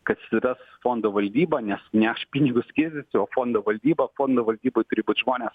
kad štai tas fondo valdyba nes neš pinigus skirstysiu o fondo valdyba fondo valdyboj turi būt žmonės